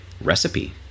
recipe